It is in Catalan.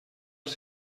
els